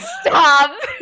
Stop